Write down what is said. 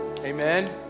Amen